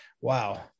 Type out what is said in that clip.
wow